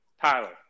Tyler